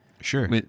sure